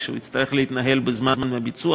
הוא יצטרך להתנהל בזמן הביצוע,